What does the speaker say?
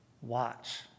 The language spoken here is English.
Watch